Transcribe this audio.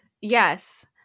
Yes